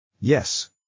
yes